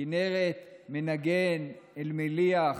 כנרת מנגן-אלמליח,